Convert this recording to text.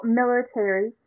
military